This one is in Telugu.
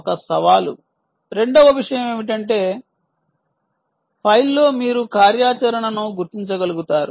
ఒక సవాలు రెండవ విషయం ఏమిటంటే ఫ్లైలో మీరు కార్యాచరణను గుర్తించగలుగుతారు